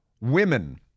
women